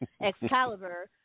Excalibur